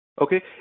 Okay